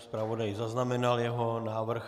Zpravodaj zaznamenal jeho návrh.